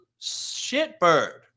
shitbird